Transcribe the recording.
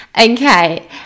okay